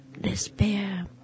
despair